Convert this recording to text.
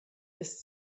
ist